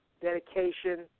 dedication